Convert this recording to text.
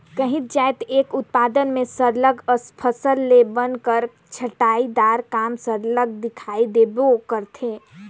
काहींच जाएत कर उत्पादन में सरलग अफसल ले बन कर छंटई दार काम सरलग दिखई देबे करथे